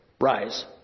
Rise